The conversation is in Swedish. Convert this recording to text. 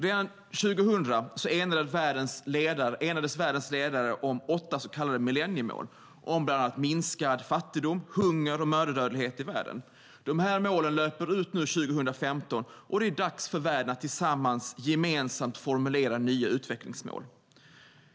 Redan år 2000 enades världens ledare om åtta så kallade millenniemål om bland annat minskad fattigdom, hunger och mödradödlighet i världen. Dessa mål löper ut 2015, och det är dags för världen att tillsammans gemensamt formulera nya utvecklingsmål.